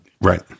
right